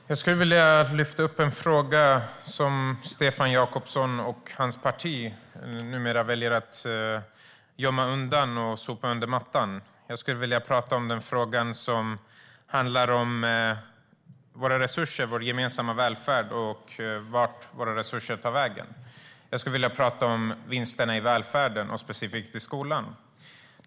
Herr talman! Jag skulle vilja lyfta upp en fråga som Stefan Jakobsson och hans parti numera väljer att gömma undan och sopa under mattan. Jag skulle vilja tala om frågan som handlar om våra resurser, vår gemensamma välfärd och vart våra resurser tar vägen. Jag skulle vilja tala om vinsterna i välfärden och specifikt i skolan.